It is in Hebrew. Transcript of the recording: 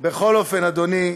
בכל אופן, אדוני,